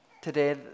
today